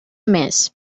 més